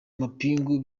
amapingu